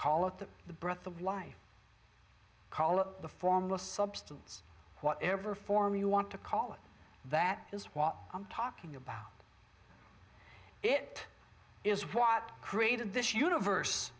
call it that the breath of life call it the formless substance whatever form you want to call it that is what i'm talking about it is what created this universe